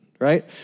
right